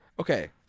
Okay